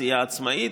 סיעה,